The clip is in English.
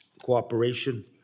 cooperation